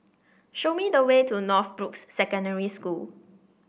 show me the way to Northbrooks Secondary School